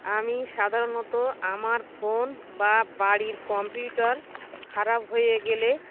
আমি সাধারণত আমার ফোন বা বাড়ির কম্পিউটর খারাপ হয়ে গেলে